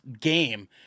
game